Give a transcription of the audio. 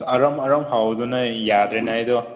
ꯑꯔꯨꯝ ꯍꯧꯗꯨꯅ ꯌꯥꯗ꯭ꯔꯦꯅꯦ ꯑꯩꯗꯣ